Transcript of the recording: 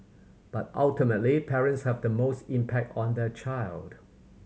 but ultimately parents have the most impact on the child